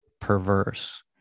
Perverse